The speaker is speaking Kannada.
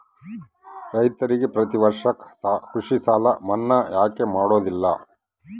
ರೈತರಿಗೆ ಪ್ರತಿ ವರ್ಷ ಕೃಷಿ ಸಾಲ ಮನ್ನಾ ಯಾಕೆ ಮಾಡೋದಿಲ್ಲ?